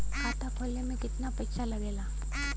खाता खोले में कितना पईसा लगेला?